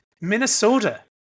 Minnesota